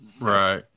right